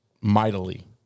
mightily